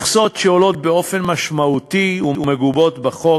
מכסות שעולות באופן משמעותי ומגובות בחוק,